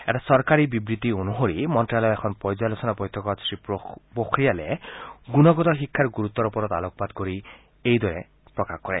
এটা চৰকাৰী বিবৃতি অনুসৰি মন্ত্যালয়ৰ এখন পৰ্যালোচনা বৈঠকত শ্ৰীপোখৰিয়ালে গুণগত শিক্ষাৰ গুৰুত্বৰ ওপৰত আলোকপাত কৰি এইদৰে কয়